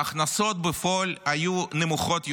ההכנסות בפועל היו נמוכות יותר,